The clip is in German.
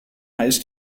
heiß